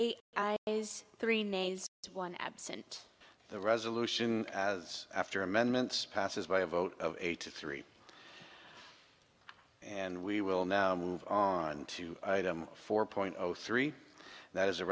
it is three nays one absent the resolution as after amendments passes by a vote of eighty three and we will now move on to item four point zero three that is a